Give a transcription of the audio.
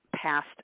past